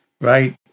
right